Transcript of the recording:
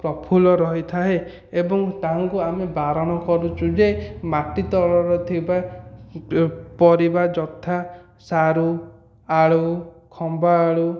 ପ୍ରଫୁଲ୍ଲ ରହିଥାଏ ଏବଂ ତାହାଙ୍କୁ ଆମେ ବାରଣ କରୁଛୁ ଯେ ମାଟି ତଳର ଥିବା ପରିବା ଯଥା ସାରୁ ଆଳୁ ଖମ୍ବଆଳୁ